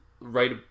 right